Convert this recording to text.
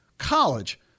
college